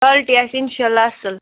quality آسہِ اِنشاء اللہ اصٕل